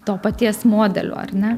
to paties modelio ar ne